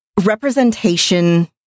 representation